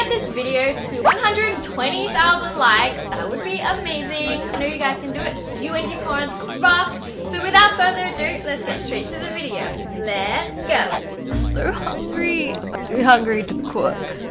this video to one hundred and twenty thousand likes that would be amazing i know you guys can do it you wengie-corns rock so without further ado let's get straight to the video, let's go so hungry! but too hungry to cook